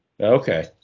Okay